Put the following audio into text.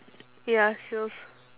ya so